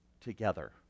together